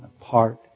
apart